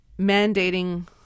mandating